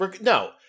No